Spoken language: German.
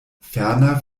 ferner